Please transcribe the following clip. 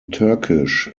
turkish